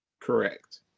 Correct